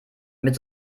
mit